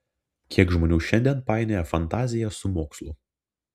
kiek žmonių šiandien painioja fantaziją su mokslu